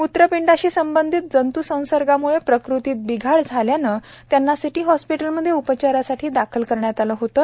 मूत्रपिंडाशी संबंधित जंतुसंसर्गामुळे प्रकृतीत बिघाड झाल्यानं त्यांना सिटी हॉस्पिटलमध्ये उपचारासाठी दाखल करण्यात आलं होतं